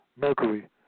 Mercury